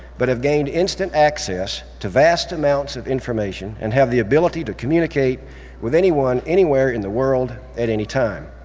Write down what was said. but have gained instant access to vast amounts of information and have the ability to communicate with anyone anywhere in the world at any time.